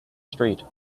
street